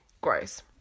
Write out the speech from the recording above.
gross